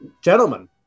Gentlemen